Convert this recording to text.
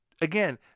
Again